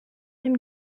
him